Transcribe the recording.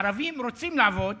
הערבים רוצים לעבוד,